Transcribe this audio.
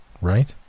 right